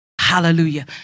Hallelujah